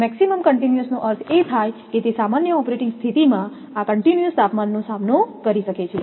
maximum કંટીન્યુસનો અર્થ એ થાય છે કે તે સામાન્ય ઓપરેટીંગ સ્થિતિમાં આ કંટીન્યુસ તાપમાનનો સામનો કરી શકે છે